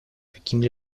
какими